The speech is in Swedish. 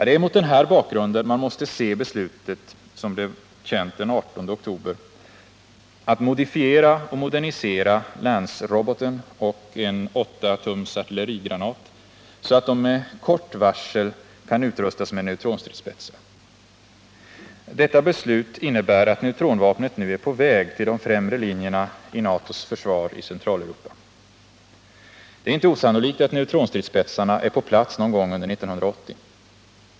Det är mot denna bakgrund man måste se beslutet den 18 oktober att modifiera och modernisera Lanceroboten och en 8-tums artillerigranat, så att de med kort varsel kan utrustas med neutronstridsspetsar. Detta beslut innebär att neutronvapnet nu är på väg till de främre linjerna i NATO:s försvar i Centraleuropa. Det är inte osannolikt att neutronstridsspetsarna är på plats någon gång under 1980.